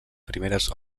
primeres